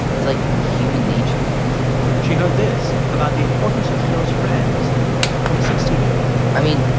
it's, like, human nature she heard this about the importance of close friends from a sixteen year old i mean,